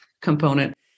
component